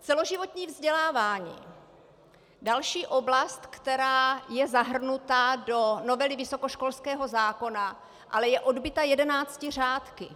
Celoživotní vzdělávání, další oblast, která je zahrnuta do novely vysokoškolského zákona, ale je odbyta jedenácti řádky.